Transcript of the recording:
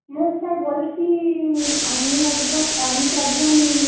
হ্যাঁ স্যার বলছি আমি একজন আমি তো একজন